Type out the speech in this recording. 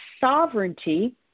sovereignty